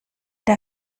der